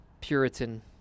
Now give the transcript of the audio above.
Puritan